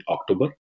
October